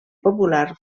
popular